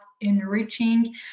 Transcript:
enriching